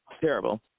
terrible